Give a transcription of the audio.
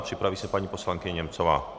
Připraví se paní poslankyně Němcová.